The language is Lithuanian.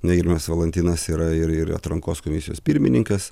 na ir mes valantinas yra ir ir atrankos komisijos pirmininkas